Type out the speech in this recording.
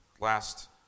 last